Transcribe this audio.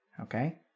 Okay